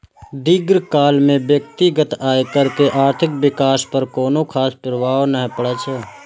दीर्घकाल मे व्यक्तिगत आयकर के आर्थिक विकास पर कोनो खास प्रभाव नै पड़ै छै